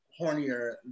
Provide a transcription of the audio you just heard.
hornier